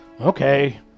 Okay